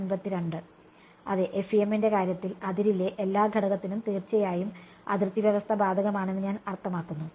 അതെ FEM ൻറെ കാര്യത്തിൽ അതിരിലെ എല്ലാ ഘടകത്തിനും തീർച്ചയായും അതിർത്തി വ്യവസ്ഥ ബാധകമാണെന്ന് ഞാൻ അർത്ഥമാക്കുന്നു